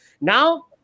Now